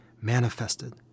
manifested